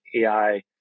AI